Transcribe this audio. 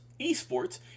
eSports